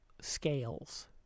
scales